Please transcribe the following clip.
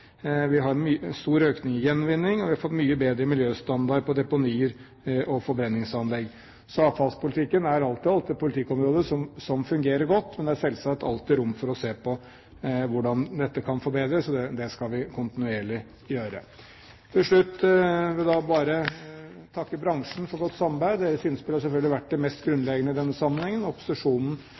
Vi har en stor økning innen gjenvinning, og vi har fått en mye bedre miljøstandard på deponier og forbrenningsanlegg. Så avfallspolitikken er alt i alt et politikkområde som fungerer godt, men det er selvsagt alltid rom for å se på hvordan dette kan forbedres. Og det skal vi kontinuerlig gjøre. Til slutt vil jeg takke bransjen for godt samarbeid. Deres innspill har selvfølgelig vært det mest grunnleggende i denne sammenheng. Jeg vil takke opposisjonen